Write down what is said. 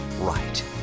right